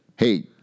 Hey